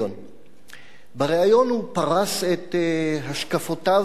בריאיון הוא פרס את השקפותיו בבהירות רבה,